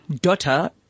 daughter